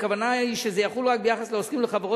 הכוונה היא שזה יחול רק ביחס לעוסקים ולחברות